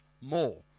more